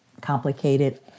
complicated